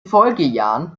folgejahren